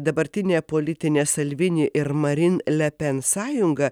dabartinė politinė salvini ir marin le pen sąjunga